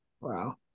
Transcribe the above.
Wow